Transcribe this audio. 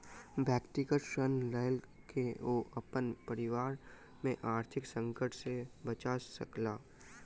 व्यक्तिगत ऋण लय के ओ अपन परिवार के आर्थिक संकट से बचा सकला